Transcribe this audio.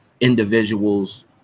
individuals